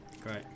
great